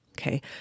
Okay